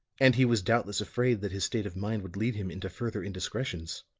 and he was doubtless afraid that his state of mind would lead him into further indiscretions.